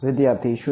વિદ્યાર્થી 0